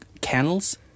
kennels